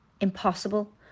impossible